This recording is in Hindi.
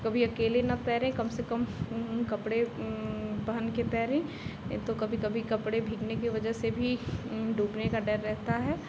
कभी अकेले न तैरें कम से कम उन उन कपड़े वह पहन के तैरें नहीं तो कभी कभी कपड़े भीगने की वजह से भी डूबने का डर रहता है